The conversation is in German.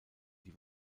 die